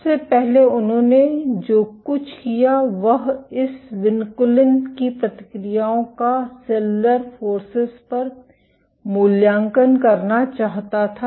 सबसे पहले उन्होंने जो कुछ किया वह इस विनकुलिन की प्रतिक्रियाओं का सेलुलर फोर्सेस पर मूल्यांकन करना चाहता था